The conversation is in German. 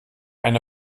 eine